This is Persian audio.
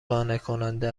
قانعکننده